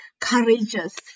courageous